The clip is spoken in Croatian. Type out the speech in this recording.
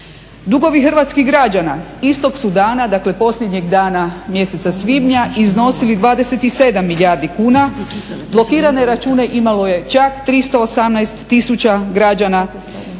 Dugovi hrvatskih građana istog su dana, dakle posljednjeg dana mjeseca svibnja iznosili 27 milijardi kuna. Blokirane račune imalo je čak 318 tisuća građana.